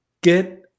get